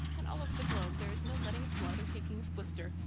and all over the globe there is no letting of blood or taking a glister,